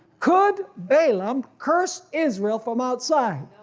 could balaam curse israel from outside?